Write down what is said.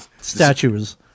statues